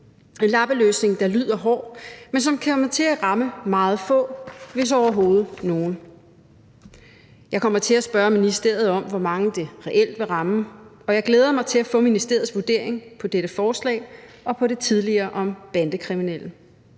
en lappeløsning, der lyder hård, men som kommer til at ramme meget få, hvis overhovedet nogen. Jeg kommer til at spørge ministeriet om, hvor mange det reelt vil ramme, og jeg glæder mig til at få ministeriets vurdering af dette forslag og af det tidligere om bandekriminelle.